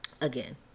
Again